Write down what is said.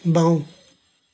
বাওঁ